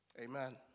Amen